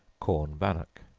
corn bannock.